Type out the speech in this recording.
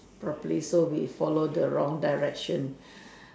properly so we follow the wrong directions